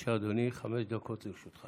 בבקשה, אדוני, חמש דקות לרשותך.